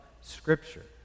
Scripture